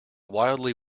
wildly